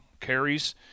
carries